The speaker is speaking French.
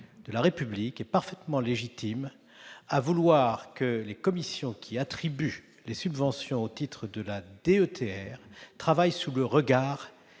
de la République, a toute légitimité à vouloir que les commissions qui attribuent les subventions au titre de la DETR travaillent sous le regard